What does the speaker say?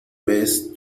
vez